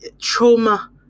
trauma